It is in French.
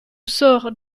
sort